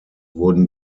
wurden